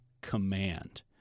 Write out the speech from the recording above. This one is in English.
command